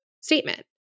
statement